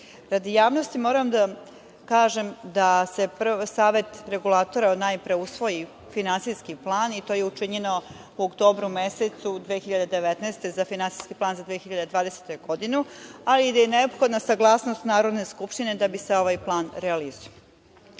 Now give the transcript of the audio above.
Radi javnosti moram da kažem da Savet regulatora najpre usvoji finansijski plan, i to je učinjeno u oktobru mesecu 2019. za finansijski plan 2020. godinu, ali i da je neophodna saglasnost Narodne skupštine da bi se ovaj plan